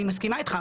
אני מסכימה אתך,